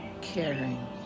caring